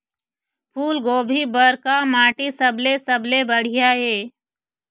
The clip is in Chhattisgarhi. फूलगोभी बर का माटी सबले सबले बढ़िया ये?